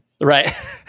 Right